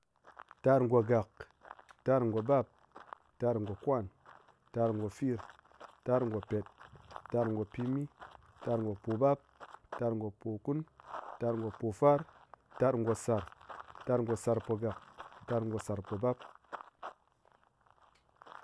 Tar gogak, tar go bap, tar go kwan, tar go fir, tar go pet, tar go pimi, tar go pobap, tar go pokun. tar go pofar, tar go sar, tar go sar po gak. tar go sar po bap.